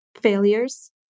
failures